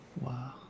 Wow